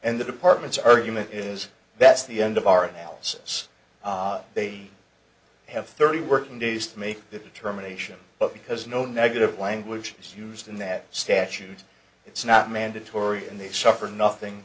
and the department's argument is that's the end of our analysis they have thirty working days to make that determination but because no negative language is used in that statute it's not mandatory and they suffer nothing